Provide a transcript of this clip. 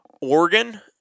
Oregon